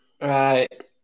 Right